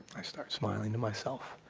i start smiling to myself.